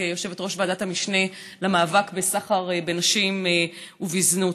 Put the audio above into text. כיושבת-ראש ועדת המשנה למאבק בסחר בנשים ובזנות.